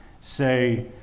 say